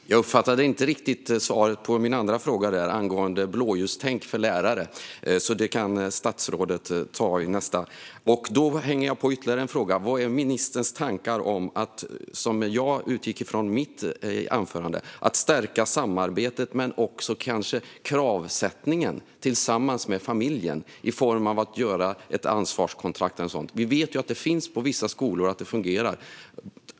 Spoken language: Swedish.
Herr talman! Jag uppfattade inte riktigt svaret på min andra fråga, den om blåljustänk för lärare. Den kan statsrådet ta i nästa replik. Jag hänger på ytterligare en fråga. Vad är ministerns tankar om det jag utgick ifrån i mitt anförande - att stärka samarbetet med familjen, men kanske också kraven, i form av ett ansvarskontrakt eller något liknande? Vi vet att det finns på vissa skolor och att det fungerar.